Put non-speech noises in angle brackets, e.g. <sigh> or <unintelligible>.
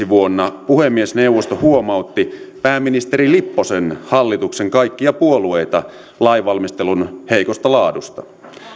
<unintelligible> vuonna yhdeksänkymmentäviisi puhemiesneuvosto huomautti pääministeri lipposen hallituksen kaikkia puolueita lainvalmistelun heikosta laadusta